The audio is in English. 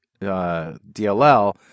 DLL